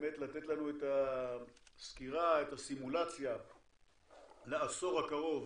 באמת לתת לנו את הסקירה, את הסימולציה לעשור הקרוב